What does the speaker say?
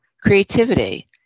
creativity